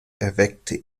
erweckte